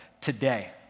today